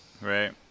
right